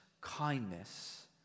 kindness